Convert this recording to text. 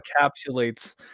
encapsulates